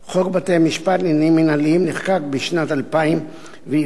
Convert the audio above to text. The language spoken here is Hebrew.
חוק בתי-משפט לעניינים מינהליים נחקק בשנת 2000 והיווה